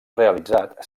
realitzat